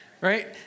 right